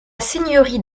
seigneurie